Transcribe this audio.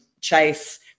Chase